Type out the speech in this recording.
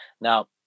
now